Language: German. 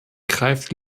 greift